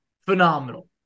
phenomenal